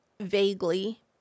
vaguely